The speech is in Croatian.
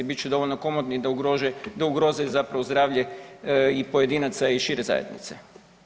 Bit će dovoljno komotni da ugroze zapravo zdravlje i pojedinca i šire zajednice.